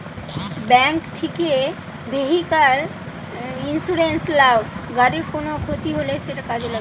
bank থিকে vehicle insurance লাও, গাড়ির কুনো ক্ষতি হলে সেটা কাজে লাগবে